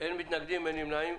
אין מתנגדים, אין נמנעים.